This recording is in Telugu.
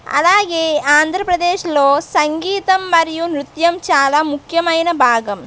అలాగే ఆంధ్రప్రదేశ్లో సంగీతం మరియు నృత్యం చాలా ముఖ్యమైన భాగం